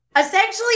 essentially